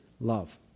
love